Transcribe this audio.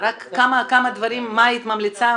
רק כמה דברים, מה היית ממליצה.